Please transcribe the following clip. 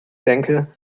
denke